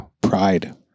Pride